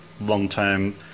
long-term